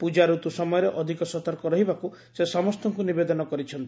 ପୂଜା ଋତୁ ସମୟରେ ଅଧିକ ସତର୍କ ରହିବାକୁ ସେ ସମସ୍ତଙ୍କୁ ନିବେଦନ କରିଛନ୍ତି